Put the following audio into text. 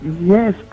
yes